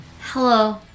Hello